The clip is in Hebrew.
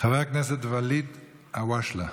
חבר הכנסת ואליד אלהואשלה.